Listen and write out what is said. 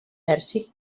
pèrsic